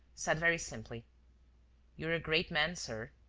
said very simply you're a great man, sir.